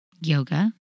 yoga